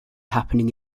happening